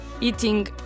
Eating